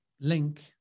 link